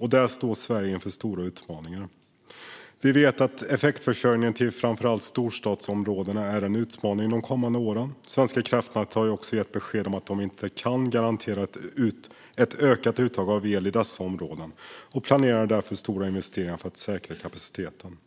Där står Sverige inför stora utmaningar. Vi vet att effektförsörjningen till framför allt storstadsområdena är en utmaning de kommande åren. Svenska kraftnät har också gett besked om att de inte kan garantera ett ökat uttag av el i dessa områden och planerar därför stora investeringar för att säkra kapaciteten.